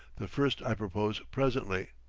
the first i propose presently,